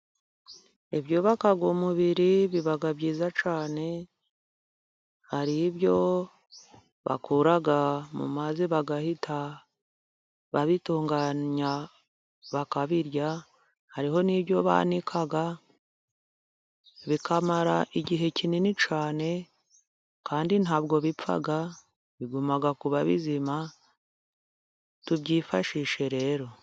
Ibyubaka umubiri biba byiza cyane， hari ibyo bakura mu mazi，bagahita babitunganya，bakabirya，hariho n'ibyo banika bikamara igihe kinini cyane， kandi ntabwo bipfa biguma kuba bizima， tubyifashishe rero.